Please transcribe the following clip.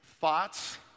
Thoughts